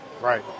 Right